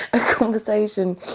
a conversation,